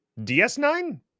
DS9